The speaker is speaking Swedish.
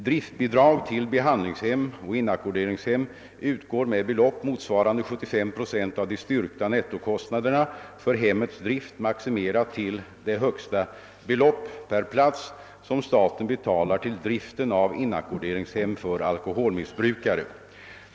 Driftbidrag till behandlingshem och inackorderingshem utgår med belopp motsvarande 75 procent av de styrkta nettokostnaderna för hemmets drift, maximerat till det högsta belopp per plats som staten betalar till driften av inackorderingshem för alkoholmissbrukare.